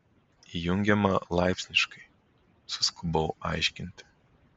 įjungiama laipsniškai suskubau aiškinti